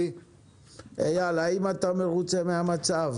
אייל האם אתה מרוצה מהמצב?